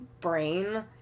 brain